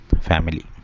family